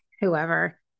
whoever